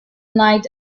night